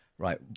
Right